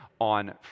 on